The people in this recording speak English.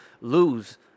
lose